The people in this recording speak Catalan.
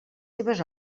seves